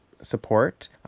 support